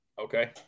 Okay